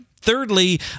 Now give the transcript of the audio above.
Thirdly